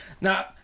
Now